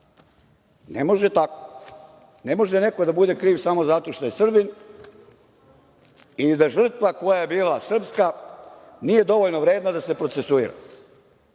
Ne može tako. Ne može neko da bude kriv samo zato što je Srbin ili da je žrtva koja je bila srpska nije dovoljno vredna da se procesuira.